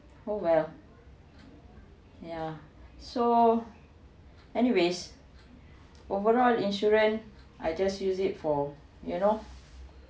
oh well yeah so anyways overall insurance I just use it for you know